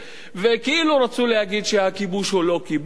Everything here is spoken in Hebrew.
וכאילו רצו להגיד שהכיבוש הוא לא כיבוש.